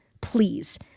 please